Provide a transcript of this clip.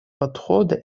подхода